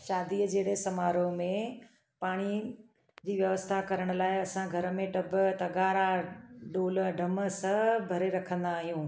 शादी जहिड़े समारोह में पाणी जी व्यवस्था करणु लाइ असां घर में टब तगारा डूल डम सभु भरे रखंदा आहियूं